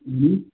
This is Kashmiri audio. اۭں